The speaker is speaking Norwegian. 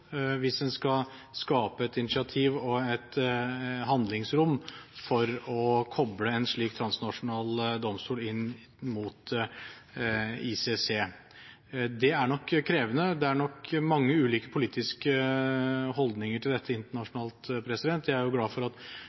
hvis en skal skape et initiativ og et handlingsrom for å koble en slik transnasjonal domstol inn mot ICC. Det er nok krevende. Det er nok mange ulike politiske holdninger til dette internasjonalt. Jeg er glad for at